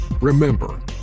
Remember